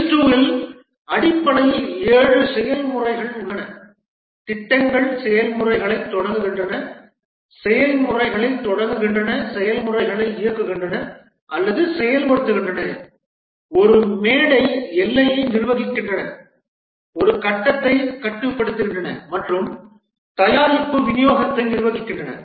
PRINCE2 இல் அடிப்படையில் ஏழு செயல்முறைகள் உள்ளன திட்டங்கள் செயல்முறைகளைத் தொடங்குகின்றன செயல்முறைகளைத் தொடங்குகின்றன செயல்முறைகளை இயக்குகின்றன அல்லது செயல்படுத்துகின்றன ஒரு மேடை எல்லையை நிர்வகிக்கின்றன ஒரு கட்டத்தைக் கட்டுப்படுத்துகின்றன மற்றும் தயாரிப்பு விநியோகத்தை நிர்வகிக்கின்றன